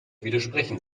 widersprechen